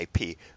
IP